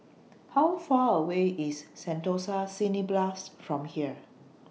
How Far away IS Sentosa Cineblast from here